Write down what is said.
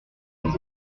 new